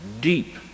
deep